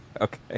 Okay